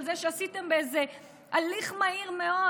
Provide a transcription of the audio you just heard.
על זה שעשיתם באיזה הליך מהיר מאוד,